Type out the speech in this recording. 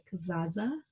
Zaza